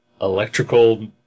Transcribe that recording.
Electrical